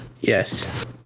yes